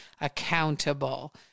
accountable